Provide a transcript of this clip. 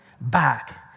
back